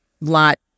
lot